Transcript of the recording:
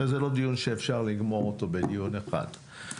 זה לא דיון שאפשר לגמור אותו בדיון אחד,